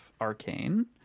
Arcane